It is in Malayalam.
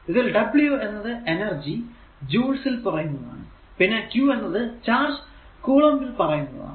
ഇതിൽ w എന്നത് എനർജി ജൂൾസ് ൽ പറയുന്നതാണ് പിന്നെ q എന്നത് ചാർജ് കുളം ൽ പറയുന്നതാണ്